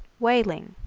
whaling.